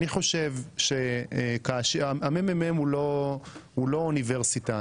המ.מ.מ הוא לא אוניברסיטה.